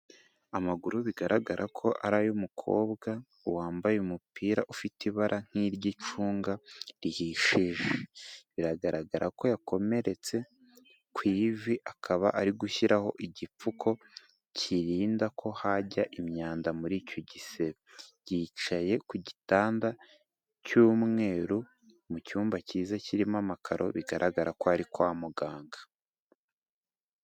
Amaguru bigaragara ko ari ay'umukobwa wambaye umupira ufite ibara nk'iry'icunga rihishije, biragaragara ko yakomeretse ku ivi, akaba ari gushyiraho igipfuko kirinda ko hajya imyanda muri icyo gisebe, yicaye ku gitanda cy'umweru, mu cyumba kiza kirimo amakaro, bigaragara ko ari kwa muganga.